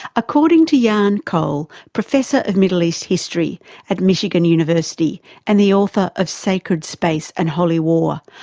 according to yeah juan cole, professor of middle east history at michigan university and the author of sacred space and holy war,